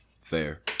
Fair